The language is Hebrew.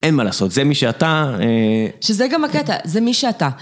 אין מה לעשות, זה מי שאתה... שזה גם הקטע, זה מי שאתה.